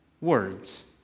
words